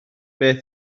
beth